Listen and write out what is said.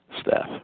staff